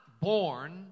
born